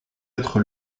être